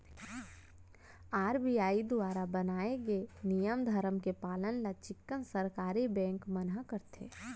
RBI दुवारा बनाए गे नियम धरम के पालन ल चिक्कन सरकारी बेंक मन ह करथे